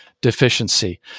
deficiency